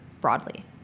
Broadly